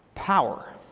power